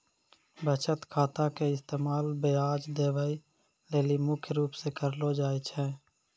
बचत खाता के इस्तेमाल ब्याज देवै लेली मुख्य रूप से करलो जाय छै